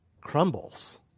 Crumbles